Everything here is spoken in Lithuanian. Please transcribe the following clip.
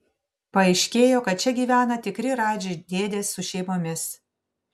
paaiškėjo kad čia gyvena tikri radži dėdės su šeimomis